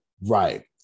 Right